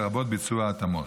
לרבות ביצוע התאמות.